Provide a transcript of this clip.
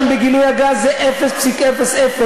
כי מה שיש כאן בגילוי הגז זה 0.00 לעומת